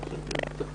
בבקשה.